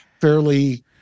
fairly